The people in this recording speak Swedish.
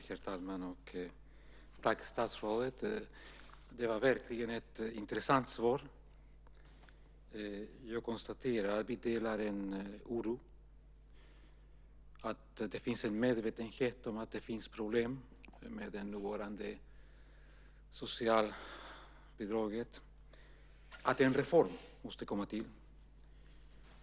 Herr talman! Tack, statsrådet. Det var verkligen ett intressant svar. Jag konstaterar att vi delar en oro, att det finns en medvetenhet om problemen med nuvarande socialbidrag och att en reform måste komma till stånd.